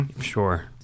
sure